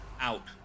out